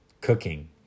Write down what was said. Cooking